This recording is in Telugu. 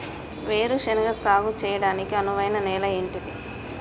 వేరు శనగ సాగు చేయడానికి అనువైన నేల ఏంటిది?